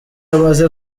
amaze